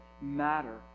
matter